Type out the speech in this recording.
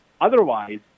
Otherwise